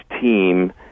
team